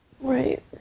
Right